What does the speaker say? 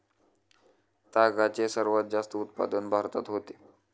तागाचे सर्वात जास्त उत्पादन भारतात होते